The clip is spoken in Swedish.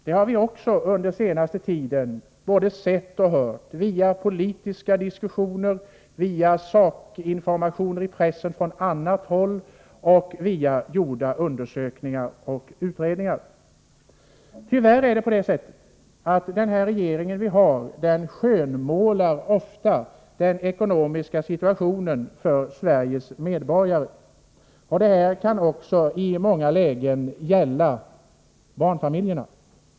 Det har vi under den senaste tiden både sett och hört via politiska diskussioner, via sakinformationer i pressen och från annat håll och via gjorda undersökningar och utredningar. Tyvärr skönmålar den nuvarande regeringen ofta den ekonomiska situationen för Sveriges medborgare. Det kan i många lägen gälla också barnfamiljerna.